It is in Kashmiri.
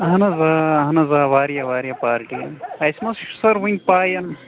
اہن حظ آ اہن حظ آ واریاہ واریاہ پارکہِ اَسہِ ما چھِ سَر وٕنۍ پاے ین